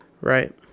Right